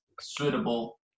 suitable